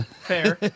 Fair